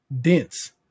Dense